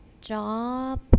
job